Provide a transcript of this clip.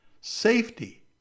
safety